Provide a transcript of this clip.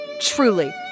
Truly